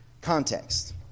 Context